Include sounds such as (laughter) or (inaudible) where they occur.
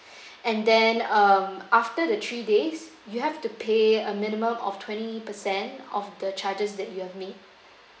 (breath) and then um after the three days you have to pay a minimum of twenty per cent of the charges that you have made